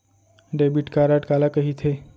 Debit card काला कहिथे?